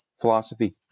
philosophy